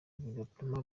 bigatuma